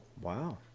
Wow